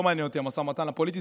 לא מעניין אותי המשא ומתן הפוליטי,